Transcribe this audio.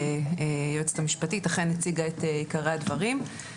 היועצת המשפטית אכן הציגה את עיקרי הדברים.